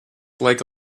like